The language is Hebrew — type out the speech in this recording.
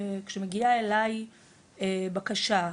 כשמגיעה אליי בקשה,